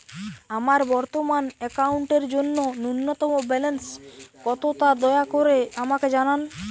আমার বর্তমান অ্যাকাউন্টের জন্য ন্যূনতম ব্যালেন্স কত তা দয়া করে আমাকে জানান